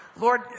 Lord